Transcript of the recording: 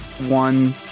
One